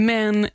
Men